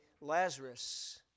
Lazarus